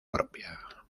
propia